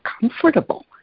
comfortable